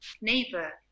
neighbor